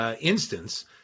instance